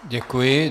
Děkuji.